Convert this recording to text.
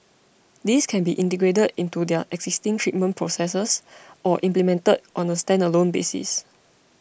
these can be integrated into their existing treatment processes or implemented on a standalone basis